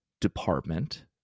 department